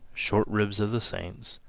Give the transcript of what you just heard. short-ribs of the saints,